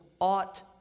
ought